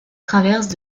traverses